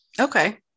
okay